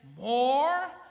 more